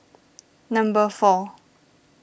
number four